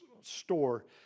store